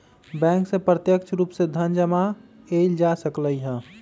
bank से प्रत्यक्ष रूप से धन जमा एइल जा सकलई ह